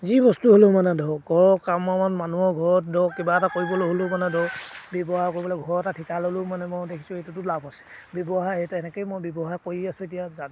যি বস্তু হ'লেও মানে ধৰক ঘৰৰ কাম বনত মানুহৰ ঘৰত ধৰক কিবা এটা কৰিবলৈ হ'লেও মানে ধৰক ব্যৱহাৰ কৰিবলৈ ঘৰ এটা ঠিকা ল'লেও মানে মই দেখিছোঁ এইটোতো লাভ আছে ব্যৱহাৰ সেই এনেকেই মই ব্যৱহাৰ কৰি আছোঁ এতিয়া যা